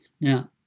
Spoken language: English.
Now